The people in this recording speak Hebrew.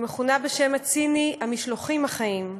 שמכונה בשם הציני "המשלוחים החיים".